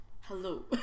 Hello